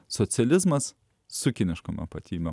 socializmas su kinišku tapatybė